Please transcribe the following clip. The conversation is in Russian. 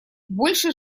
больше